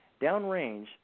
Downrange –